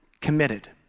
committed